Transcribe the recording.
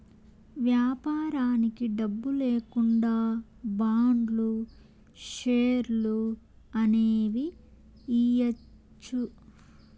వ్యాపారానికి డబ్బు లేకుండా బాండ్లు, షేర్లు అనేవి ఇయ్యచ్చు